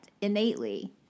innately